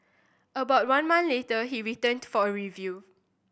about one month later he returned to for a review